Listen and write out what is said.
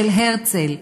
של הרצל,